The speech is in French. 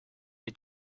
est